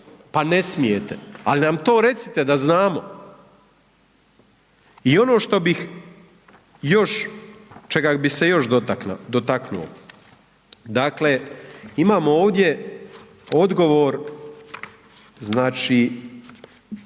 pa ne smijete, al nam to recite da znamo. I ono što bih još, čega bi se još dotaknuo, dakle, imamo ovdje odgovor, znači,